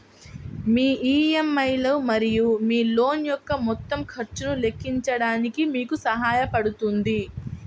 మీ EMI లు మరియు మీ లోన్ యొక్క మొత్తం ఖర్చును లెక్కించడానికి మీకు సహాయపడుతుంది